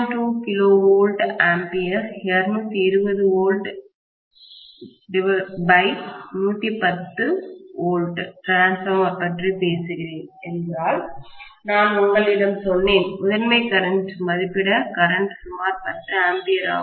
2 kVA 220 volt 110 volt transformer பற்றி பேசுகிறேன் என்றால் நான் உங்களிடம் சொன்னேன் முதன்மை கரண்ட் மதிப்பிடப்பட்ட கரண்ட் சுமார் 10 A ஆகும்